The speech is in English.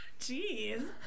jeez